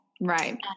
Right